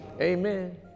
Amen